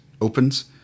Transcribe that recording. opens